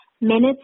Minutes